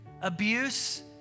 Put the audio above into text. abuse